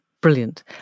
brilliant